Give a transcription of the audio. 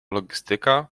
logistyka